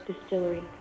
Distillery